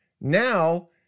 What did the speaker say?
Now